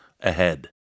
ahead